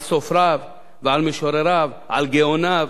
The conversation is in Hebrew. על סופריו ועל משורריו, על גאוניו